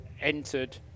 entered